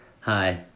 hi